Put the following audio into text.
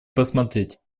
посмотреть